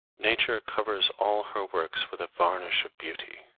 nature covers all her works with a varnish of beauty,